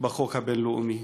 בחוק הבין-לאומי?